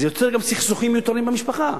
זה יוצר סכסוכים מיותרים במשפחה,